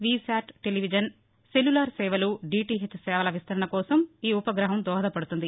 వి SAT television cellular సేవలు DTH సేవల విస్తరణ కోసం ఈ ఉపగ్రహం దోహదపడుతుంది